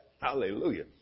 Hallelujah